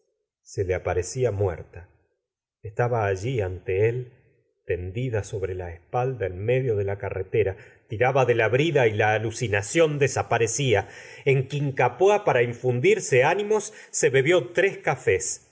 se le aparecía muerta estaba allí ante él tendida sobre la espalda en medio de la carretera tiraba de la brida y la alucinación desaparecía en quincapoix para infundirse ánimo se bebió tres cafés